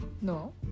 No